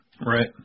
Right